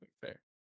fair